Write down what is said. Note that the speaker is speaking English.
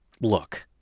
Look